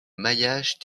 maillage